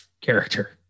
character